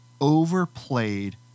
overplayed